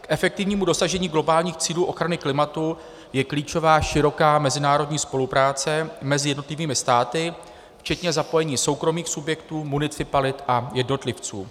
K efektivnímu dosažení globálních cílů ochrany klimatu je klíčová široká mezinárodní spolupráce mezi jednotlivými státy včetně zapojení soukromých subjektů, municipalit a jednotlivců.